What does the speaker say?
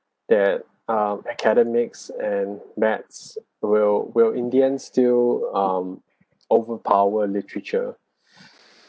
that um academics and maths will will in the end still um overpower literature